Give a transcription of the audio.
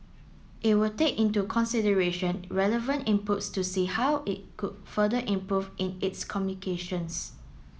it will take into consideration relevant inputs to see how it could further improve in its communications